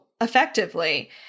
effectively